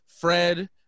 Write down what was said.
fred